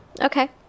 okay